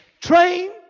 train